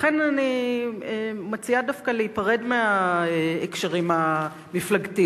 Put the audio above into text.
לכן אני מציעה דווקא להיפרד מההקשרים המפלגתיים